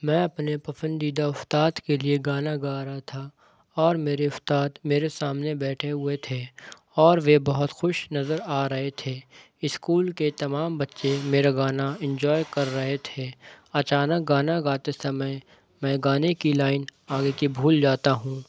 میں اپنے پسندیدہ استاد کے لیے گانا گا رہا تھا اور میرے استاد میرے سامنے بیٹھے ہوئے تھے اور وہ بہت خوش نظر آ رہے تھے اسکول کے تمام بچے میرا گانا انجوائے کر رہے تھے اچانک گانا گاتے سمعے میں گانے کی لائن آگے کی بھول جاتا ہوں